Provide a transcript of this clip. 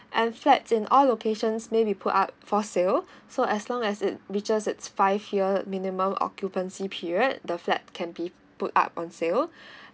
and flats in all locations maybe pull up for sale so as long as it reaches its five years minimum occupancy period the flat can be put up on sale